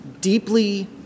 deeply